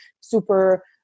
super